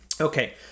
Okay